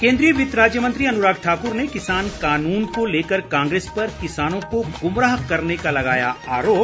केन्द्रीय वित्त राज्य मंत्री अनुराग ठाकुर ने किसान कानून को लेकर कांग्रेस पर किसानों को गुमराह करने का लगाया आरोप